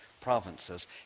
provinces